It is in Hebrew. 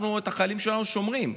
אנחנו את החיילים שלנו שומרים.